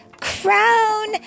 crown